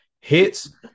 Hits